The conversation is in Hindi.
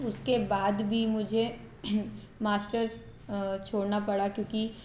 उसके बाद भी मुझे मास्टर्स छोड़ना पड़ा क्योंकि